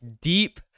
deep